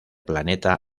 planeta